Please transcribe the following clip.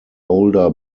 older